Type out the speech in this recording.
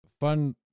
Fun